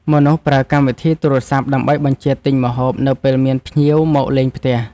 មនុស្សប្រើកម្មវិធីទូរសព្ទ ដើម្បីបញ្ជាទិញម្ហូបនៅពេលមានភ្ញៀវមកលេងផ្ទះ។